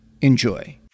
Enjoy